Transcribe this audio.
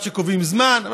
ועד שקובעים זמן,